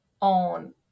on